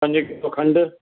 पंज किलो खंडु